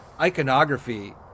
iconography